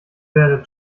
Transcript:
werdet